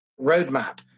roadmap